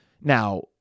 Now